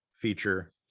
feature